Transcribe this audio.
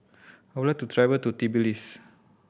I would like to travel to Tbilisi